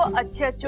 a chair.